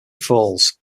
falls